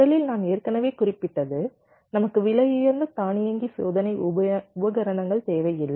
முதலில் நான் ஏற்கனவே குறிப்பிட்டது நமக்கு விலையுயர்ந்த தானியங்கி சோதனை உபகரணங்கள் தேவையில்லை